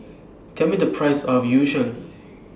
Tell Me The Price of Yu Sheng